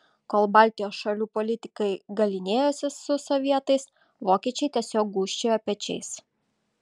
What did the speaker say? kol baltijos šalių politikai galynėjosi su sovietais vokiečiai tiesiog gūžčiojo pečiais